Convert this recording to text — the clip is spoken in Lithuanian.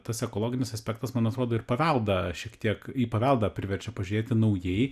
tas ekologinis aspektas man atrodo ir paveldą šiek tiek į paveldą priverčia pažiūrėti naujai